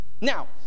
Now